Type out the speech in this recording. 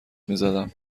میزدم